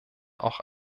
auch